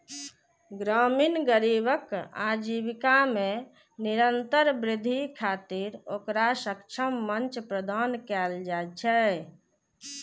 ग्रामीण गरीबक आजीविका मे निरंतर वृद्धि खातिर ओकरा सक्षम मंच प्रदान कैल जाइ छै